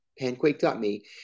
panquake.me